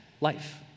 life